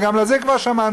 וגם על זה כבר שמענו,